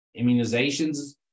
Immunizations